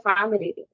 family